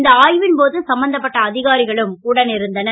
இந்த ஆ வின் போது சம்பந்தப்பட்ட அ காரிகளும் உடன் இருந்தனர்